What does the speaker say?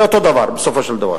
זה אותו דבר בסופו של דבר.